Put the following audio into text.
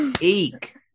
Eek